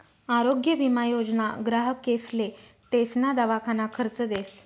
आरोग्य विमा योजना ग्राहकेसले तेसना दवाखाना खर्च देस